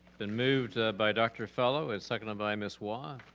been moved by dr. fellow and seconded by ms. wah.